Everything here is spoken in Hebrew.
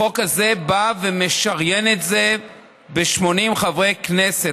החוק הזה בא ומשריין את זה ב-80 חברי כנסת.